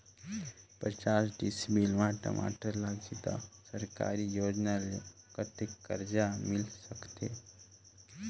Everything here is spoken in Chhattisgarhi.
पचास डिसमिल मा टमाटर लगही त सरकारी योजना ले कतेक कर्जा मिल सकथे?